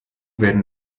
werden